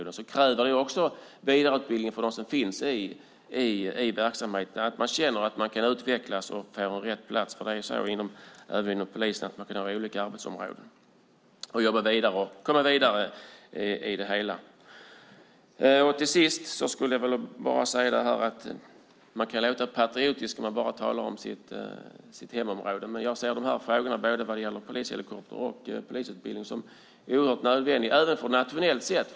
Det kräver också vidareutbildning för dem som finns i verksamheten så att de känner att de kan utvecklas och får en rätt plats. Man kan ha olika arbetsområden även inom polisen, jobba vidare och komma vidare i det hela. Till sist kan man låta patriotisk om man bara talar om sitt hemområde. Men jag ser dessa frågor om polishelikopter och polisutbildning som oerhört nödvändiga även nationellt sett.